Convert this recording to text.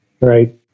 right